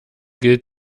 gilt